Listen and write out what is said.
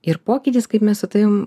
ir pokytis kaip mes su tavim